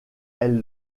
elle